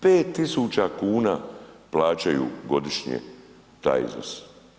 5 tisuća kuna plaćaju godišnje taj iznos.